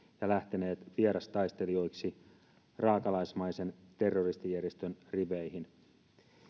ja lähteneet vierastaistelijoiksi raakalaismaisen terroristijärjestön riveihin